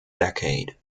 decade